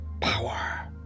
power